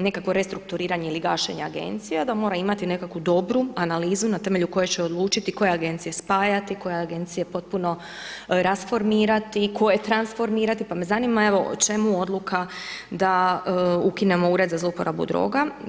nekakvo restrukturiranje ili gašenje agencije, da mora imati nekakvu dobru analizu, na temelju koje će odlučiti koje agencije spajati, koje agencije potpuno rasformirati, koje transformirati, pa me zanima, evo, o čemu odluka da ukinemo Ured za zloporabu droga.